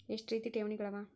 ಎಷ್ಟ ರೇತಿ ಠೇವಣಿಗಳ ಅವ?